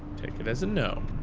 take it as a no.